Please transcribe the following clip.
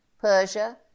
Persia